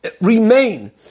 remain